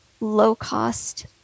low-cost